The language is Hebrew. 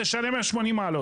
תשנה 180 מעלות.